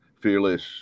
Fearless